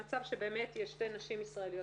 במצב שבאמת יש שתי נשים ישראליות.